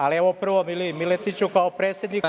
Ali, evo prvo Miliji Miletiću, kao predsedniku USS.